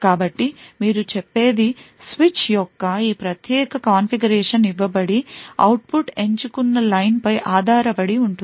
కాబట్టి మీరు చెప్పేది స్విచ్ యొక్క ఈ ప్రత్యేక కాన్ఫిగరేషన్ ఇవ్వబది అవుట్పుట్ ఎంచుకున్న లైన్ పై ఆధారపడి ఉంటుంది